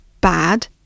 bad